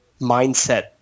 mindset